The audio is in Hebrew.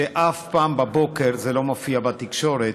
ואף פעם בבוקר זה לא מופיע בתקשורת,